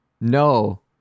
No